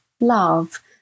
love